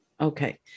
Okay